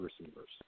receivers